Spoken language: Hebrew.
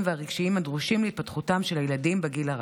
והרגשיים הדרושים להתפתחותם של הילדים בגיל הרך.